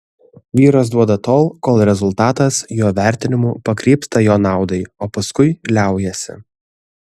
vyras duoda tol kol rezultatas jo vertinimu pakrypsta jo naudai o paskui liaujasi